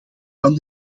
van